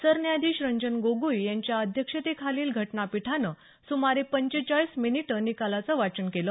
सरन्यायाधीश रंजन गोगोई यांच्या अध्यक्षतेखालील घटनापीठानं सुमारे पंचेचाळीस मिनिटं निकालाचं वाचन केलं